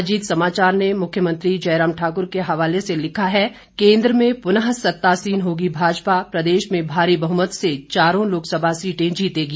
अजीत समाचार ने मुख्यमंत्री जयराम ठाकुर के हवाले से लिखा है केंद्र में पुनः सत्तासीन होगी भाजपा प्रदेश में भारी बहुमत से चारों लोकसभा सीटें जीतेगी